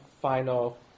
final